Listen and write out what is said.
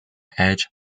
edge